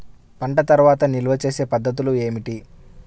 పంట తర్వాత నిల్వ చేసే పద్ధతులు ఏమిటి?